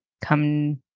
come